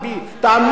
תאמין לי.